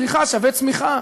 צריכה שווה צמיחה.